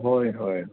होय होय